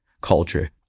culture